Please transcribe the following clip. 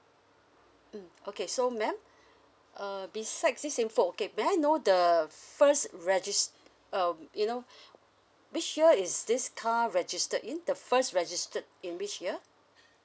mm okay so madam uh besides this information okay may I know the first regist~ um you know which year is this car registered in the first registered in which year